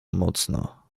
mocno